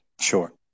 Sure